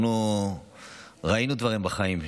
אנחנו ראינו דברים בחיים.